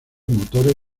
motores